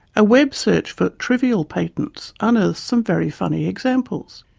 a web search for trivial patents unearths some very funny examples.